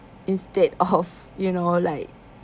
instead of you know like